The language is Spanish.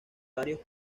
varios